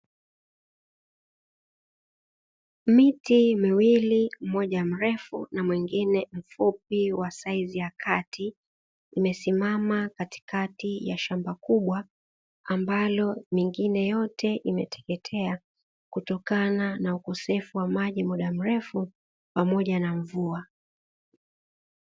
Miti miwili mmoja mrefu na mwengine mfupi wa saizi ya kati, imesimama katikati ya shamba kubwa ambalo mengine yote imeteketea kutokana na ukosefu maji muda mrefu pamoja na mvua.